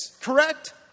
Correct